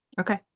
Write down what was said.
Okay